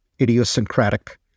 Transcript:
idiosyncratic